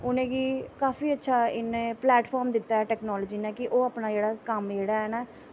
उ'नें गी काफी अच्छा इ'नें प्लेटफार्म दित्ता ऐ टैकनॉलजी नै कि ओह् अपना कम्म जेह्ड़ा ऐ